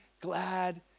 glad